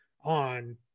on –